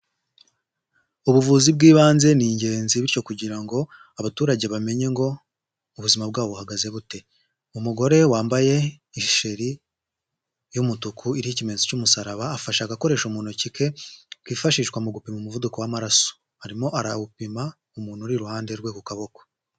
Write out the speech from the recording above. Ubuvuzi bw'ibanze ni ingenzi bityo kugira ngo abaturage bamenye ngo ubuzima bwabo buhagaze bute. Umugore wambaye isheri y'umutuku iriho ikiyemetso cy'umusaraba afashe agakore mu ntoki ke kifashishwa mu gupima umuvuduko w'amaraso, arimo arawupima umuntu uri iruhande rwe ku kaboko.